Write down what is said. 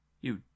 You